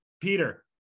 Peter